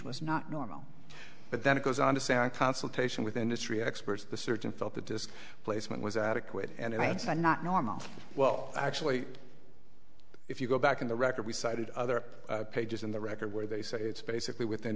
was not normal but then it goes on to say i consultation with industry experts the surgeon felt that this placement was adequate and it's not normal well actually if you go back in the record we cited other pages in the record where they say it's basically within